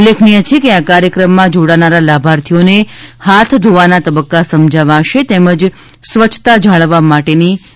ઉલ્લેખનીય છે કે આ કાર્યક્રમમાં જોડાનારા લાભાર્થીઓને હાથ ધોવાના તબક્કા સમજાવાશે તેમજ સ્વચ્છતા જાળવવા માટેની કિટ અપાશે